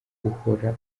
uhora